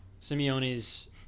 Simeone's